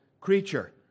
creature